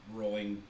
rolling